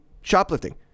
shoplifting